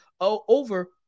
over